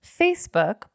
Facebook